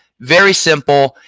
very simple.